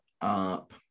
up